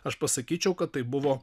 aš pasakyčiau kad tai buvo